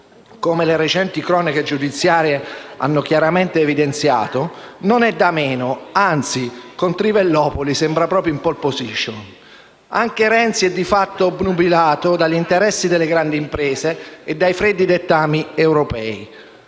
come le recenti cronache giudiziarie hanno chiaramente evidenziato, non è da meno; anzi, con Trivellopoli sembra proprio in *pole position*. Anche Renzi è di fatto obnubilato dagli interessi delle grandi imprese e dai freddi dettami europei: